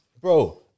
Bro